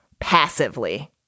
passively